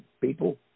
people